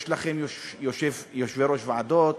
יש לכם יושבי-ראש ועדות,